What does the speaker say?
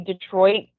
Detroit